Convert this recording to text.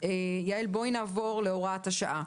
בואו נעבור להוראת השעה,